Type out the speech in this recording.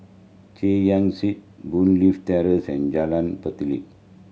Chay Yan Street Boon Leat Terrace and Jalan